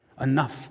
Enough